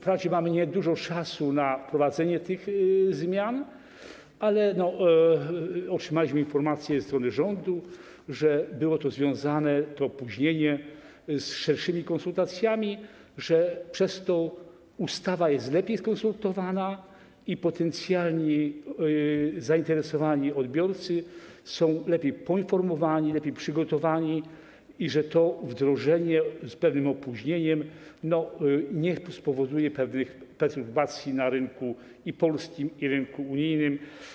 Wprawdzie mamy niedużo czasu na wprowadzenie tych zmian, ale otrzymaliśmy informację ze strony rządu, że to opóźnienie było związane z szerszymi konsultacjami, że przez to ustawa jest lepiej skonsultowana i potencjalni zainteresowani odbiorcy są lepiej poinformowani, lepiej przygotowani i że to wdrożenie z pewnym opóźnieniem nie spowoduje pewnych perturbacji ani na rynku polskim, ani na unijnym.